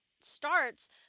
starts